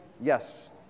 yes